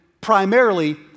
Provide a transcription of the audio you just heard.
primarily